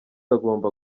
agomba